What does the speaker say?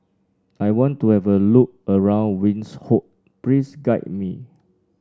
I want to have a look around Windhoek please guide me